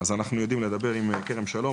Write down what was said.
אז אנחנו יודעים לדבר עם כרם שלום,